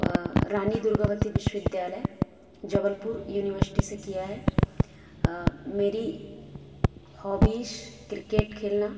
रानी दुर्गावती विश्वविद्यालय जबलपुर यूनिवस्टी से किया है मेरी होबीस क्रिकेट खेलना